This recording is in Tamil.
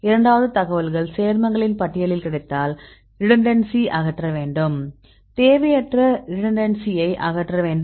இரண்டாவது தகவல்கள் சேர்மங்களின் பட்டியலில் கிடைத்தால் ரிடெண்டன்ஸி அகற்ற வேண்டும் தேவையற்ற ரிடெண்டன்ஸியை அகற்ற வேண்டும்